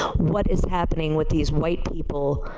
what is happening with these white people